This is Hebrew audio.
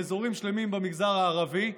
באזורים שלמים במגזר הערבי,